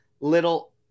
little